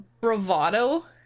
bravado